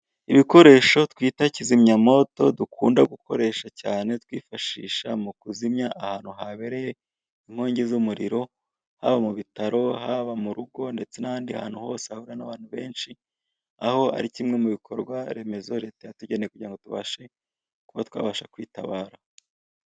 Ibikoresho twita kizimyamoto, dukunda gukoresha cyane twifashisha kuzimya ahantu habereye inkongi z'umuriro, haba mu bitaro, haba mu rugo ndetse n'ahandi hantu hose hahurira n'abantu benshi, aaho ari kimwe mu bikorwa remezo leta yatugeneye kugira ngo tubashe kuba twabasha kwitabara.